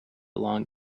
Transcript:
long